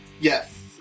Yes